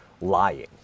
lying